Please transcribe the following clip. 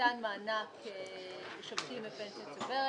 ניתן מענק לפנסיה צוברת.